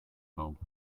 bulb